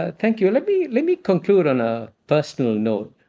ah thank you. let me let me conclude on a personal note.